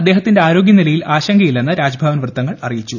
അദ്ദേഹത്തിന്റെ ആരോഗ്യനിലയിൽ ആശങ്കയില്ലെന്ന് രാജ്ഭവൻ വൃത്തങ്ങൾ അറിയിച്ചു